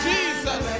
Jesus